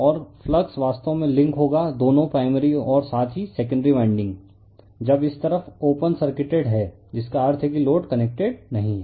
और फ्लक्स वास्तव में लिंक होगा दोनों प्राइमरी और साथ ही सेकेंडरी वाइंडिंग जब इस तरफ ओपन सर्किटेड है जिसका अर्थ है कि लोड कनेक्टेड नहीं है